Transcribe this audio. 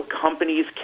Companies